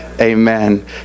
amen